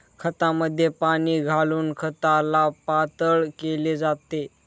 खतामध्ये पाणी घालून खताला पातळ केले जाते